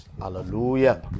hallelujah